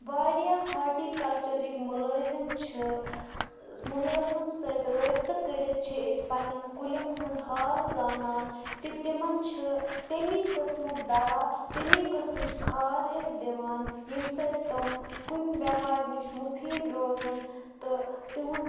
واریاہ ہاٹیٖکَلچَرٕکۍ مُلٲزِم چھِ مُلٲزمَن سۭتۍ رٲبطہٕ کٔرِتھ چھِ أسۍ پنٛنٮ۪ن کُلٮ۪ن ہُنٛد حال زانان تہِ تِمَن چھِ تمے قٕسمُک دَوا تمے قٕسمٕچ کھاد أسۍ دِوان ییٚمہِ سۭتۍ تِم کُنہِ بٮ۪مارِ نِش مُفیٖد روزان تہٕ تِہُنٛد